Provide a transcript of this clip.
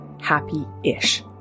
happy-ish